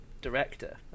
director